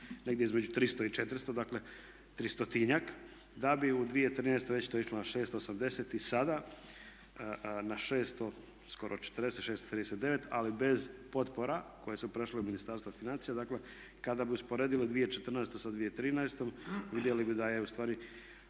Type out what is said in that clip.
negdje između 300 i 400. Dakle, tristotinjak da bi u 2013. već to išlo na 680 i sada na 600, skoro 40, 639 ali bez potpora koje su prešle u Ministarstvo financija. Dakle, kada bi usporedili 2014. sa 2013. vidjeli bi da je u stvari